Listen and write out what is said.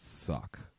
Suck